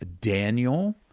Daniel